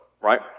right